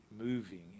moving